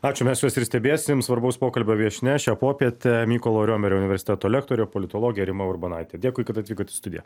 ačiū mes juos ir stebėsim svarbaus pokalbio viešnia šią popietę mykolo romerio universiteto lektorė politologė rima urbonaitė dėkui kad atvykot į studiją